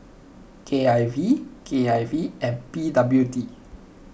K I V K I V and P W D